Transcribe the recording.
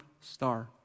star